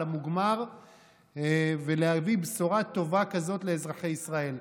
המוגמר ולהביא בשורה טובה כזאת לאזרחי ישראל.